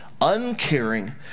uncaring